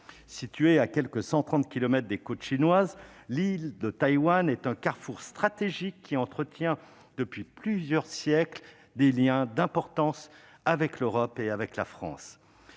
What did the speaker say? Située à quelque cent trente kilomètres des côtes chinoises, l'île de Taïwan est un carrefour stratégique qui entretient, depuis plusieurs siècles, des liens d'importance avec l'Europe et la France.